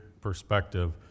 perspective